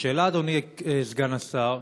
השאלה, אדוני סגן השר: